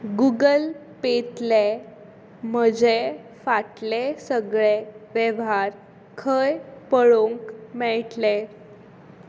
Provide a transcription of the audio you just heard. Google पेतले म्हजे फाटले सगळे वेव्हार खंय पळोवक मेळटले